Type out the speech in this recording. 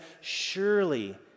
surely